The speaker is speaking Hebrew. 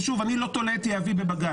ושוב - אני לא תולה את יהבי בבג"ץ.